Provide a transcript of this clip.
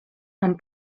amb